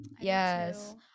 yes